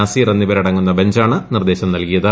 നസീർ എന്നിവരടങ്ങുന്ന ബഞ്ചാണ് നിർദ്ദേശം നൽകിയത്